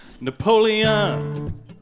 Napoleon